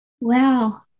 wow